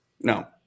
No